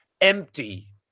empty